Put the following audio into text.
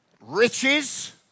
riches